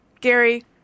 Gary